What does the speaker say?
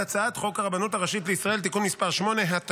את הצעת החוק הרבנות לישראל (תיקון מס' 8),